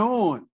on